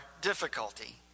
difficulty